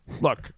Look